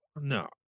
no